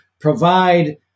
provide